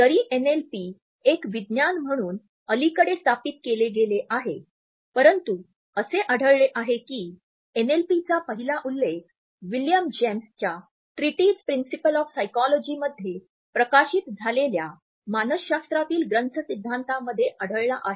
जरी एनएलपी एक विज्ञान म्हणून अलीकडे स्थापित केले गेले आहे परंतु असे आढळले आहे की एनएलपीची पहिला उल्लेख William James treatise principle of psychology मध्ये प्रकाशित झालेल्या मानसशास्त्रातील ग्रंथ सिद्धांतांमध्ये आढळला आहे